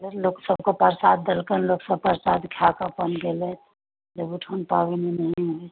लोक सबके प्रसाद देलकनि लोक सब प्रसाद खायके अपन गेलथि देव उठान पाबनि एनाहिये होइत छै